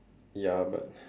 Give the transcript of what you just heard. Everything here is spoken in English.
ya but